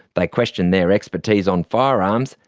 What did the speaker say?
like question their expertise on firearms,